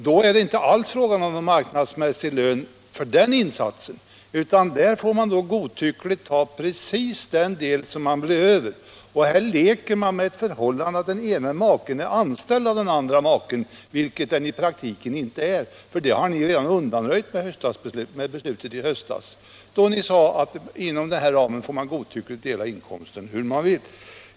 Då är det ju inte alls fråga om någon marknadsmässig lön för den insatsen, utan helt godtyckligt bara den del som blir över! Här leker man med ett förhållande där den ena maken är anställd av den andra, vilket han eller hon i praktiken inte är i det här fallet. Därmed har ni redan undanröjt riksdagsbeslutet i höstas, då ni sagt att man inom denna ram får godtyckligt dela upp inkomsten hur man vill.